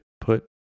put